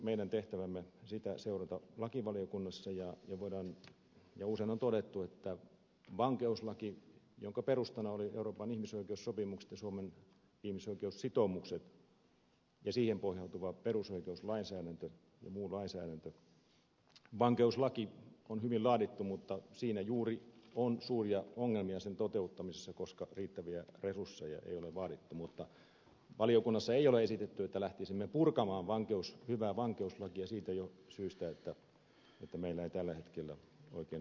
meidän tehtävämme on seurata sitä lakivaliokunnassa ja usein on todettu että vankeuslaki jonka perustana olivat euroopan ihmisoikeussopimukset ja suomen ihmisoikeussitoumukset ja siihen pohjautuva perusoikeuslainsäädäntö ja muu lainsäädäntö on hyvin laadittu mutta siinä sen toteuttamisessa juuri on suuria ongelmia koska riittäviä resursseja ei ole vaadittu mutta valiokunnassa ei ole esitetty että lähtisimme purkamaan hyvää vankeuslakia siitä syystä että meillä ei tällä hetkellä oikein ole resursseja